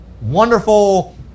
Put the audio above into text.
wonderful